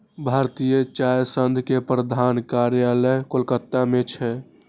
भारतीय चाय संघ के प्रधान कार्यालय कोलकाता मे छै